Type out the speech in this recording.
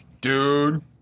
Dude